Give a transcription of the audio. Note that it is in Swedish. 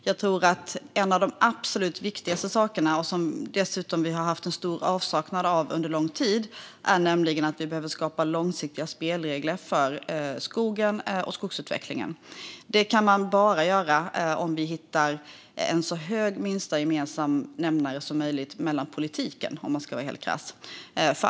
Jag tror att en av de absolut viktigaste sakerna är att vi skapar långsiktiga spelregler - det har under lång tid varit en avsaknad av detta - för skogen och skogsutvecklingen. Det kan vi bara göra om vi hittar en så stor minsta gemensam nämnare som möjligt mellan oss i politiken. Så är det, om man ska vara helt krass.